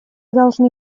должны